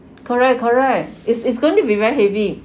correct correct it's it's going to be very heavy